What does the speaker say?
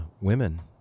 women